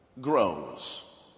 grows